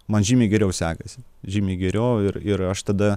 man žymiai geriau sekasi žymiai geriau ir ir aš tada